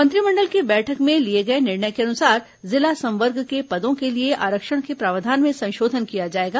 मंत्रिमंडल की बैठक में लिए गए निर्णय के अनुसार जिला संवर्ग के पदों के लिए आरक्षण के प्रावधान में संशोधन किया जाएगा